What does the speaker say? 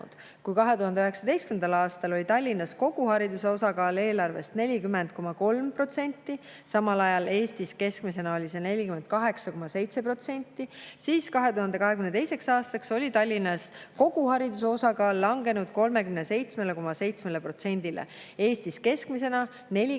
Kui 2019. aastal oli Tallinnas kogu hariduse osakaal eelarves 40,3%, samal ajal Eestis keskmisena oli see 48,7%, siis 2022. aastaks oli Tallinnas kogu hariduse osakaal langenud 37,7%‑le, Eestis keskmisena 47,2%‑le.